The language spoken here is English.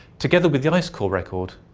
together with the ice core record,